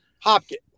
hopkins